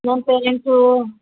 ನನ್ನ ಪೇರೆಂಟ್ಸು